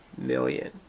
million